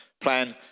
plan